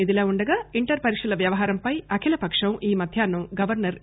ఇదిలా వుండగా ఇంటర్ పరీక్షల వ్యవహారంపై అఖిల పక్షం ఈ మధ్యాహ్నం గవర్నర్ ఇ